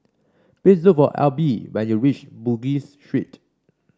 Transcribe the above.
please look for Elby when you reach Bugis Street